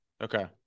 okay